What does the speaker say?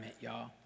y'all